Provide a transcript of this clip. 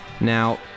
Now